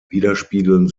widerspiegeln